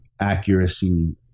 accuracy